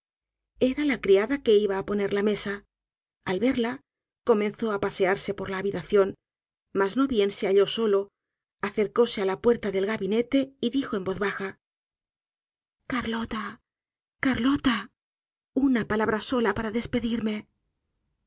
era la criada que iba á poner la mesa al verla comenzó á pasearse por la habitación mas no bien se halló solo acercóse á la puerta del gabinete y dijo en voz baja carlota carlota una palabra sola para despedirme